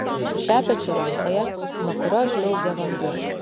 su šepečiu rankoje nuo kurio žliaugia vanduo